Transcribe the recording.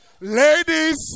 ladies